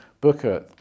Booker